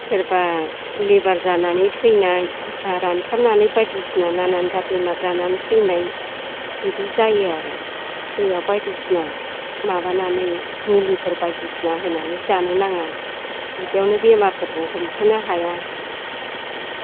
सोरबा लिभार जानानै थैनाय सोरबा रानथाबनानै बायदिसिना नाना नाथा बेमार जानानै थैनाय बिदि जायो आरो दैआव बायदिसिना माबानानै मुलिफोर बायदिसिना होनानै जानो नाङा बिदियावनो बेमारफोरखौ हमस'नो हाया